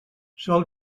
sol